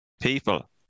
people